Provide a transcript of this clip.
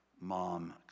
mom